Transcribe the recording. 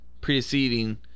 preceding